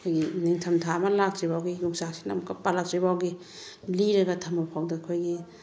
ꯑꯩꯈꯣꯏꯒꯤ ꯅꯤꯡꯊꯝꯊꯥ ꯑꯃ ꯂꯥꯛꯇ꯭ꯔꯤꯐꯥꯎꯒꯤ ꯌꯣꯡꯆꯥꯛꯁꯤꯅ ꯑꯃꯨꯛꯀ ꯄꯥꯜꯂꯛꯇ꯭ꯔꯤꯐꯥꯎꯒꯤ ꯂꯤꯔꯒ ꯊꯝꯃꯐꯥꯎꯗ ꯑꯩꯈꯣꯏꯒꯤ